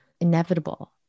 inevitable